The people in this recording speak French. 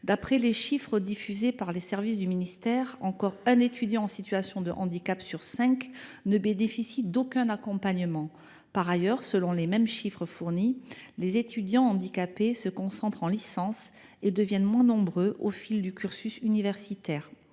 D’après les chiffres diffusés par les services du ministère, un étudiant en situation de handicap sur cinq ne bénéficie encore d’aucun aménagement. Toujours d’après les chiffres fournis, les étudiants handicapés se concentrent en licence et deviennent moins nombreux au fil du cursus universitaire.